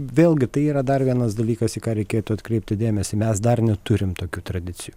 vėlgi tai yra dar vienas dalykas į ką reikėtų atkreipti dėmesį mes dar neturim tokių tradicijų